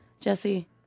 Jesse